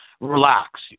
relax